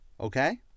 Okay